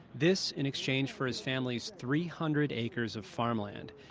this in exchange for his family's three hundred acres of farmland.